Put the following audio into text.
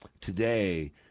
today